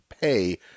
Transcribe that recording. pay